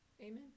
Amen